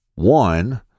One